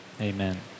amen